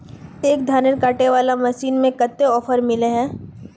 एक धानेर कांटे वाला मशीन में कते ऑफर मिले है?